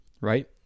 right